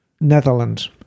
Netherlands